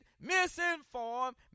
misinformed